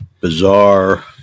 bizarre